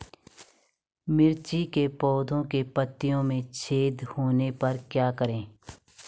मिर्ची के पौधों के पत्तियों में छेद होने पर क्या करें?